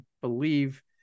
believe